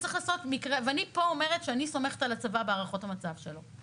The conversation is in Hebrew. ואני פה אומרת שאני סומכת על הצבא בהערכות המצב שלו.